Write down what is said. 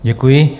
Děkuji.